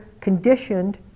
conditioned